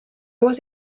was